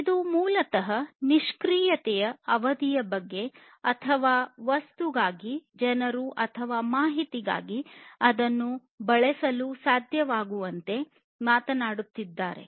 ಇದು ಮೂಲತಃ ನಿಷ್ಕ್ರಿಯತೆಯ ಅವಧಿಯ ಅಥವಾ ವಸ್ತುಗಾಗಿ ಜನರು ಅಥವಾ ಮಾಹಿತಿ ಬಗ್ಗೆ ಹೇಳುತ್ತದೆ